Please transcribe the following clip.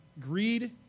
greed